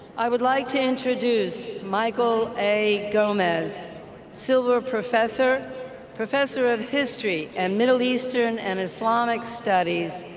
i would like to introduce michael a. gomez silver professor professor of history and middle eastern and islamic studies,